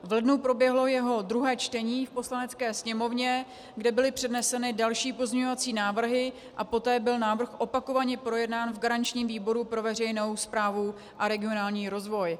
V lednu proběhlo jeho druhé čtení v Poslanecké sněmovně, kde byly předneseny další pozměňovací návrhy, a poté byl návrh opakovaně projednán v garančním výboru pro veřejnou správu a regionální rozvoj.